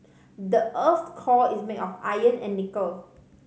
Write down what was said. the earth's core is made of iron and nickel